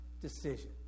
decision